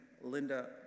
Linda